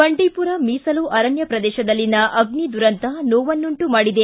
ಬಂಡೀಪುರ ಮೀಸಲು ಅರಣ್ಣ ಪ್ರದೇಶದಲ್ಲಿನ ಅಗ್ನಿ ದುರಂತ ನೋವನ್ನುಂಟು ಮಾಡಿದೆ